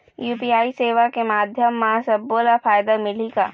UPI सेवा के माध्यम म सब्बो ला फायदा मिलही का?